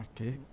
Okay